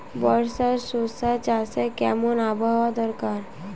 বর্ষার শশা চাষে কেমন আবহাওয়া দরকার?